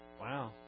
Wow